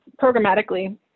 programmatically